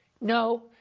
No